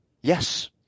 Yes